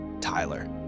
Tyler